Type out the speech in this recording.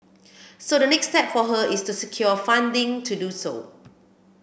so the next step for her is to secure funding to do so